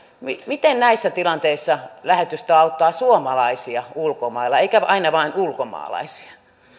miten näissä tilanteissa lähetystö auttaa suomalaisia ulkomailla eikä aina vain ulkomaalaisia